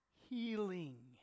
healing